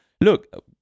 look